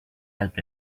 help